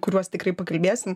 kuriuos tikrai pakalbėsim